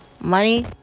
money